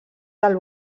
del